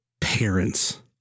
parents